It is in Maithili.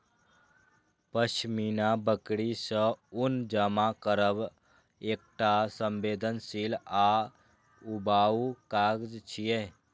पश्मीना बकरी सं ऊन जमा करब एकटा संवेदनशील आ ऊबाऊ काज छियै